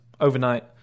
overnight